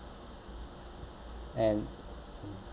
and